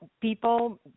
people